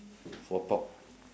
for pork